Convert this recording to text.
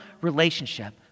relationship